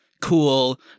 cool